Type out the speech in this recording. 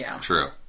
True